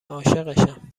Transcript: عاشقشم